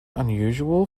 unusual